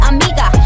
Amiga